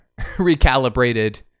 recalibrated